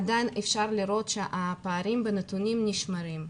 עדיין אפשר לראות שהפערים בנתונים נשמרים.